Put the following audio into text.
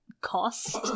cost